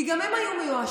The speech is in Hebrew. כי גם הם היו מיואשים,